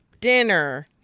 Dinner